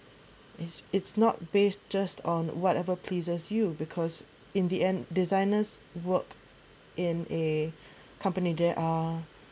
it's it's not base just on whatever pleases you because in the end designers work in a company there are